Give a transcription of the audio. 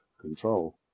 control